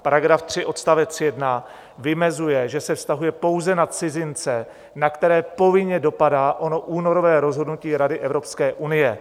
Paragraf 3 odst. 1 vymezuje, že se vztahuje pouze na cizince, na které povinně dopadá ono únorové rozhodnutí Rady Evropské unie.